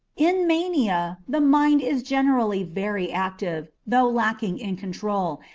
in mania the mind is generally very active, though lacking in control,